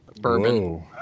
bourbon